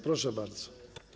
Proszę bardzo.